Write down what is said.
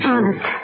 Honest